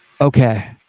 okay